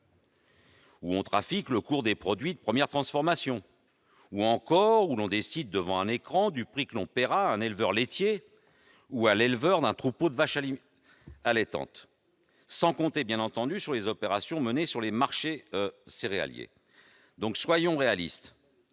où l'on trafique le cours des produits de première transformation, où l'on décide, devant un écran, du prix que l'on paiera à un éleveur laitier ou à l'éleveur d'un troupeau de vaches allaitantes ... Sans compter, bien entendu, les opérations menées sur les marchés céréaliers ! Soyons réalistes